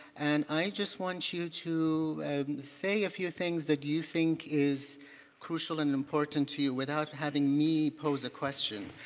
and i just want you to say a few things that you think is crucial and important to you without having me pose a question.